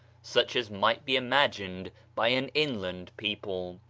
such as might be imagined by an inland people.